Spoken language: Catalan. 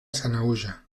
sanaüja